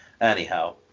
Anyhow